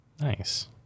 Nice